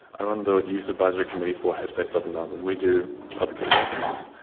i run the youth supervisory committee for headspace southern melbourne. we do public appearances,